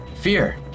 Fear